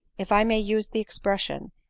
if i may use the expression,